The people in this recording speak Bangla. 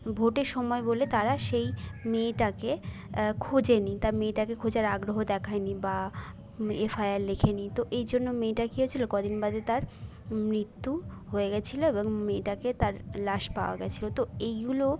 ভোটের সময় বলে তারা সেই মেয়েটাকে খোঁজেনি তা মেয়েটাকে খোঁজার আগ্রহ দেখায়নি বা এফআইআর লেখেনি তো এই জন্য মেয়েটার কী হয়েছিলো কদিন বাদে তার মৃত্যু হয়ে গিয়েছিলো এবং মেয়েটাকে তার লাশ পাওয়া গিয়েছিলো তো এইগুলো